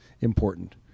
important